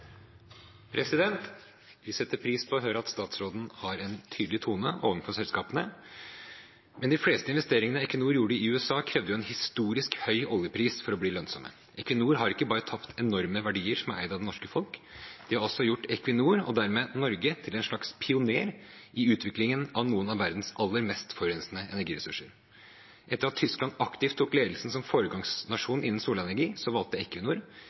fleste investeringene Equinor gjorde i USA, krevde jo en historisk høy oljepris for å bli lønnsomme. Equinor har ikke bare tapt enorme verdier som er eid av det norske folk, de har også gjort Equinor og dermed Norge til en slags pioner i utviklingen av noen av verdens aller mest forurensende energiressurser. Etter at Tyskland aktivt tok ledelsen som foregangsnasjon innen solenergi, valgte